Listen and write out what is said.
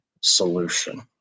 solution